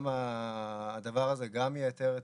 הדבר הזה גם ייתר,